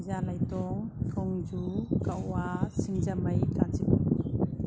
ꯐꯩꯖꯥ ꯂꯩꯇꯣꯡ ꯊꯣꯡꯖꯨ ꯀꯛꯋꯥ ꯁꯤꯡꯖꯃꯩ ꯀꯥꯟꯆꯤꯄꯨꯔ